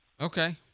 Okay